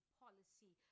policy